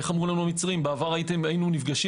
איך אמרו לנו המצרים בעבר היינו נפגשים